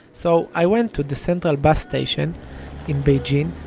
so i went to the central bus station in beijing,